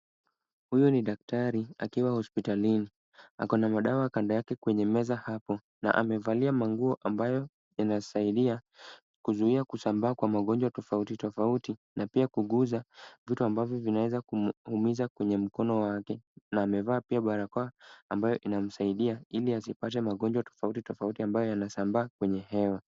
Huyu ni daktari akiwa hospitalini. Ako na madawa kando yake kwenye meza hapo na amevalia manguo ambayo yanasaidia kuzuia kusambaa kwa magonjwa tofauti tofauti na pia hupunguza vitu ambavyo vinaweza kumuumiza kwenye mkono wake. Na amevaa pia barakoa ambayo inamsaidia ili asipate magonjwa tofauti tofauti ambayo yanasambaa kwenye hewa.